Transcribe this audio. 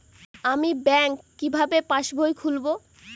আমি ব্যাঙ্ক কিভাবে পাশবই খুলব?